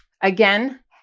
again